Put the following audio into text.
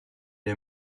est